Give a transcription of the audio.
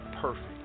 perfect